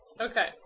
Okay